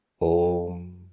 Om